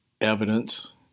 evidence